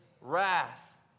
wrath